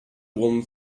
one